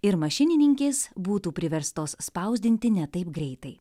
ir mašininkės būtų priverstos spausdinti ne taip greitai